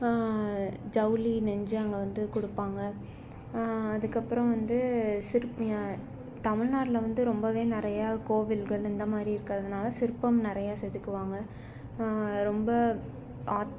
ஜவுளி நெஞ்சு அங்கே வந்து கொடுப்பாங்க அதுக்கப்புறம் வந்து சிற் தமிழ்நாட்டில வந்து ரொம்பவே நிறைய கோவில்கள் இந்த மாதிரி இருக்கிறதனால சிற்பம் நிறைய செதுக்குவாங்க ரொம்ப ஆத்